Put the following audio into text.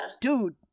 Dude